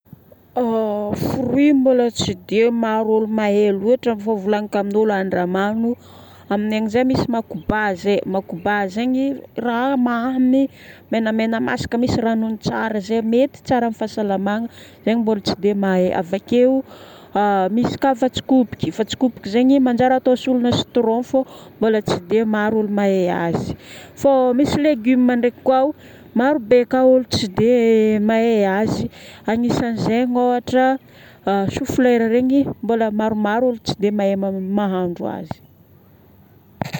Fruit mbola tsy dia maro olo mahay loatra fô volagniko amin'ologna andramano, aminay agny zay misy makoba zay. Makoba zegny raha mamy menamena masaka misy ranony tsara zay. Mety tsara amin'ny fahasalamagna. Zegny mbola tsy dia mahay. Avakeo misy ka fatsikoviky. Fatsikoviky zegny manjary atao solona citron fô mbola tsy dia maro olo mahay azy. Fô misy légume ndraiky ko ao, marobe ka olo tsy dia mahay azy. Agnisan'izegny ohatra, choux-fleur regny mbola maromaro olo tsy dia mahay man- mahandro azy.